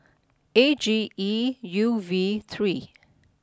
A G E U V three